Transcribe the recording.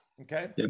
okay